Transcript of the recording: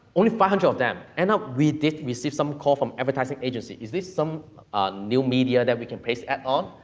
only five hundred of them, end up we did receive some call from advertising agency, is this some new media that we can place ad on?